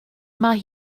mae